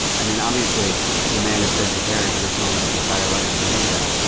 i mean, obviously the man has been preparing for this moment his entire life. i mean, look at that.